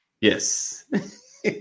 Yes